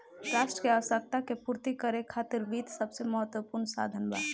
राष्ट्र के आवश्यकता के पूर्ति करे खातिर वित्त सबसे महत्वपूर्ण साधन बा